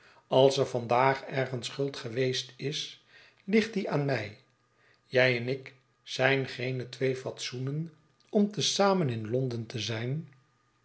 als er vandaagtfergens schuld geweest is ligtdieaan mij jij en ik zijn geene twee fatsoenen om te zamen in londen te zijn